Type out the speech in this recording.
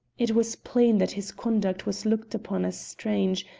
it was plain that his conduct was looked upon as strange,